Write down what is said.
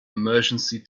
emergency